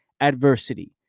adversity